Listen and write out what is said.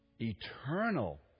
eternal